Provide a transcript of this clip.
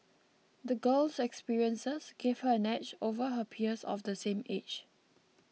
the girl's experiences gave her an edge over her peers of the same age